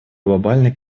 глобальный